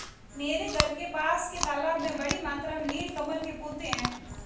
मेरे घर के पास के तालाब में बड़ी मात्रा में नील कमल के पौधें हैं